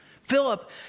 Philip